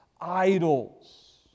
idols